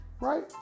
Right